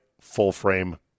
full-frame